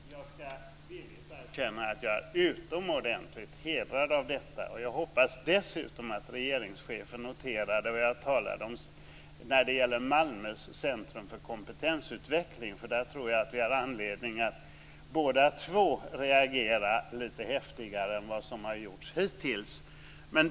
Fru talman! Jag ska villigt erkänna att jag är utomordentligt hedrad av detta. Jag hoppas dessutom att regeringschefen noterade vad jag sade när det gäller Malmös centrum för kompetensutveckling. Där har vi nog båda två anledning att reagera lite häftigare än vad som har gjorts hittills.